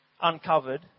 uncovered